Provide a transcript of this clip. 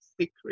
secret